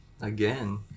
Again